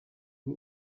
ngo